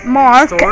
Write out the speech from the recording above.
mark